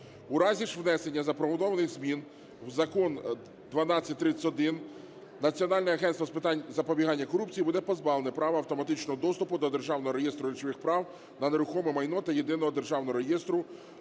У разі внесення запропонованих змін в Закон 1231 Національне агентство з питань запобігання корупції буде позбавлене права автоматичного доступу до Державного реєстру речових прав на нерухоме майно та Єдиного державного реєстру